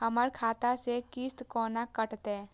हमर खाता से किस्त कोना कटतै?